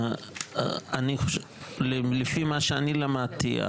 לפי מה שאני למדתי,